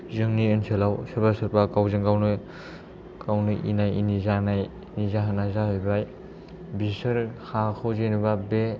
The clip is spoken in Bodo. जोंनि ओनसोलाव सोरबा सोरबा गावजों गावनो एना एनि जानायनि जाहोना जाहैबाय बिसोरो हाखौ जेनेबा बे